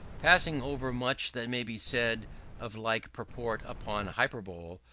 passing over much that may be said of like purport upon hyperbole,